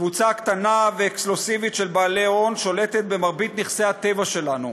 קבוצה קטנה ואקסקלוסיבית של בעלי הון שולטת במרבית נכסי הטבע שלנו,